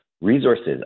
resources